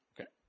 Okay